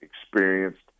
experienced